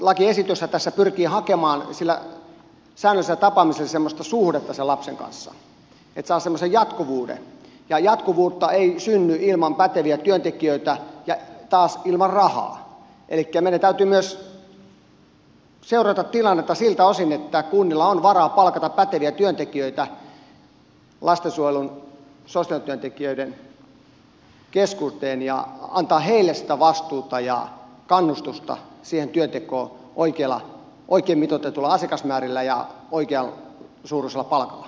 nimittäin lakiesityshän tässä pyrkii hakemaan sillä säännöllisellä tapaamisella semmoista suhdetta sen lapsen kanssa että se saa semmoisen jatkuvuuden ja jatkuvuutta ei synny ilman päteviä työntekijöitä eikä taas ilman rahaa elikkä meidän täytyy myös seurata tilannetta siltä osin että kunnilla on varaa palkata päteviä työntekijöitä lastensuojelun sosiaalityöntekijöiden keskuuteen ja antaa heille sitä vastuuta ja kannustusta työntekoon oikein mitoitetuilla asiakasmäärillä ja oikean suuruisella palkalla